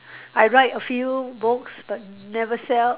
I write a few books but never sell